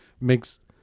Makes